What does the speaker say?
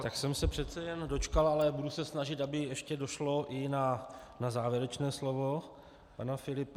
Tak jsem se přece jen dočkal, ale budu se snažit, aby ještě došlo i na závěrečné slovo pana Filipa.